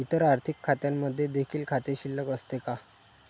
इतर आर्थिक खात्यांमध्ये देखील खाते शिल्लक असते का?